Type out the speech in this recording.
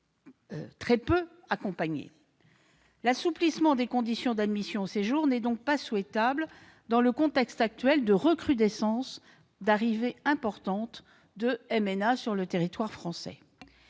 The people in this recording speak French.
très peu accompagné. L'assouplissement des conditions d'admission au séjour n'est donc pas souhaitable dans le contexte actuel de recrudescence d'arrivées importantes de mineurs non accompagnés sur le territoire français.